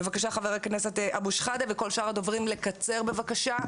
בבקשה חבר הכנסת אבו שחאדה וכל שאר הדוברים לקצר בבקשה,